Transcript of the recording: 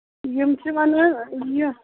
یِم چھِ وَنان یہِ